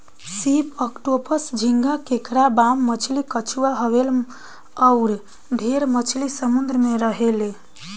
सीप, ऑक्टोपस, झींगा, केकड़ा, बाम मछली, कछुआ, व्हेल अउर ढेरे मछली समुंद्र में रहेले